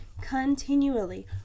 continually